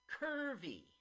Curvy